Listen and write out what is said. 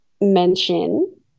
mention